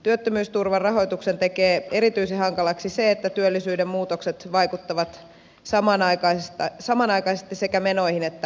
työttömyysturvan rahoituksen tekee erityisen hankalaksi se että työllisyyden muutokset vaikuttavat samanaikaisesti sekä menoihin että tuottoihin